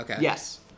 Yes